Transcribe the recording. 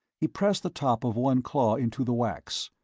he pressed the top of one claw into the wax.